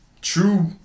true